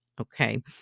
Okay